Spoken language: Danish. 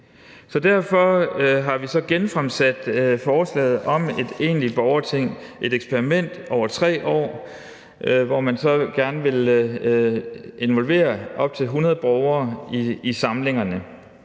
Derfor har vi genfremsat forslaget om et egentligt borgerting, et eksperiment over 3 år, hvor vi gerne vil involvere op til 100 borgere i samlingerne.